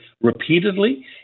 repeatedly